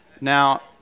Now